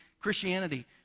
Christianity